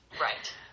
Right